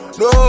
no